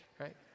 right